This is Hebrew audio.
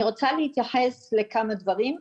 אני רוצה להתייחס לכמה דברים,